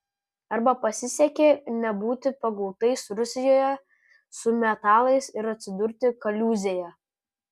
arba pasisekė nebūti pagautais rusijoje su metalais ir atsidurti kaliūzėje